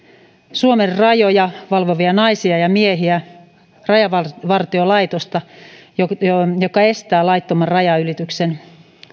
suomen rajoja valvovia naisia ja miehiä rajavartiolaitosta joka joka estää laittoman rajanylityksen